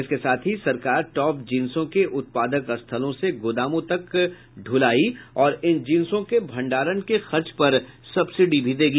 इसके साथ ही सरकार टॉप जिंसों के उत्पादक स्थलों से गोदामों तक ढुलाई और इन जिंसों के भंडारण के खर्च पर सब्सिडी भी देगी